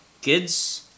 kids